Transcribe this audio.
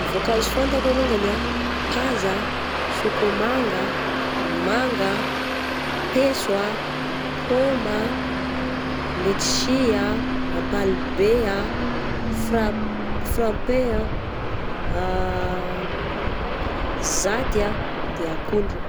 Voankazo fantako alongany ah, paza ah, sôkômanga ah, manga ah, peiso ah, pôma ah, letisy ah, ampalibe ah, frap-frapain ah, zaty ah de akondro.